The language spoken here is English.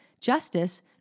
Justice